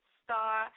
star